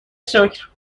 شکر